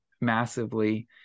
massively